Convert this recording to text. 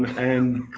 and